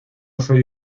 soy